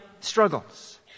struggles